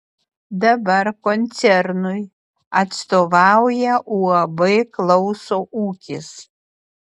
dabar koncernui atstovauja uab klauso ūkis